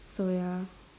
so ya